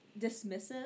dismissive